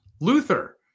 Luther